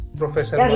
professor